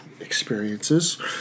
experiences